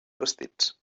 vestits